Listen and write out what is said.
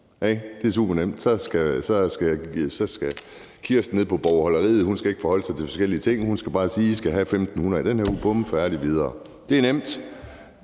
Det er supernemt. Så skal Kirsten nede på bogholderiet ikke forholde sig til forskellige ting, men bare sige, at de skal have 1.500 kr. i den her uge – bum, færdig, videre. Det er nemt,